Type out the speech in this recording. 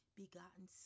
begotten